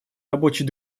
рабочий